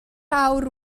awr